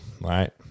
right